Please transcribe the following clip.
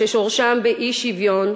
ששורשם באי-שוויון,